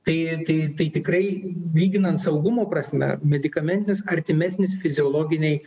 tai tai tai tikrai lyginant saugumo prasme medikamentinis artimesnis fiziologinei